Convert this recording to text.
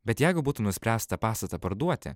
bet jeigu būtų nuspręsta pastatą parduoti